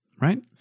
right